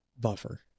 buffer